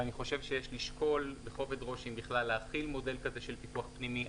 ואני חושב שיש לשקול בכובד ראש אם בכלל להחיל מודל כזה של פיקוח פנימי.